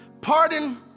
pardon